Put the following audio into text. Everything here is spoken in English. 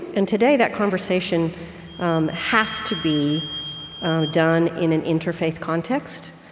and today, that conversation um has to be done in an interfaith context,